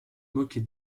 moquer